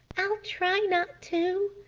i'll try not to,